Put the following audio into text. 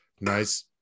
nice